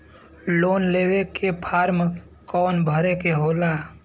Loan लेवे के form कौन भरे के होला?